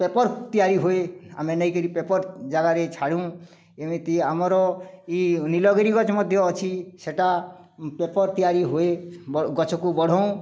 paper ତିଆରି ହୁଏ ଆମେ ନେଇକି ପେପର୍ ଜାଗାରେ ଛାଡ଼ୁ ଏମିତି ଆମର ଏଇ ନୀଳଗିରି ଗଛ ମଧ୍ୟ ଅଛି ସେଟା ପେପର୍ ତିଆରି ହୁଏ ଗଛକୁ ବଢ଼ାଉ